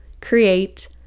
create